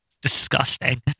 Disgusting